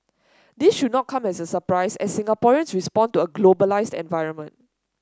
this should not come as surprise as Singaporeans respond to a globalised environment